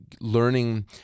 learning